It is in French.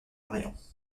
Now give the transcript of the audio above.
orléans